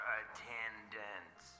attendance